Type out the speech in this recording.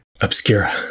obscura